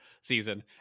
season